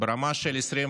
ברמה של 25,